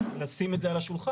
צריך לשים את זה על השולחן.